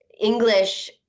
english